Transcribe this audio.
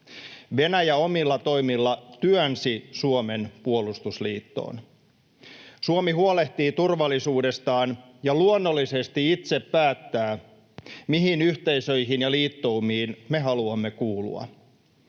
Venäjä omilla toimillaan työnsi Suomen puolustusliittoon. Suomi huolehtii turvallisuudestaan ja luonnollisesti itse päättää, mihin yhteisöihin ja liittoumiin me haluamme kuulua.